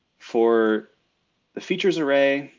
for the features array,